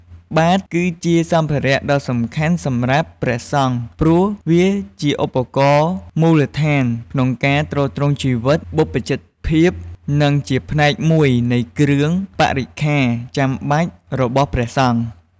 បាតគឺជាសម្ភារៈដ៏សំខាន់សម្រាប់ព្រះសង្ឃ ព្រោះវាជាឧបករណ៍មូលដ្ឋានក្នុងការទ្រទ្រង់ជីវិតបព្វជិតភាព និងជាផ្នែកមួយនៃគ្រឿងបរិក្ខារចាំបាច់របស់ព្រះសង្ឃ។